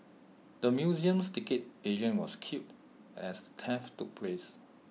the museum's ticket agent was killed as theft took place